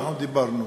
ואנחנו דיברנו.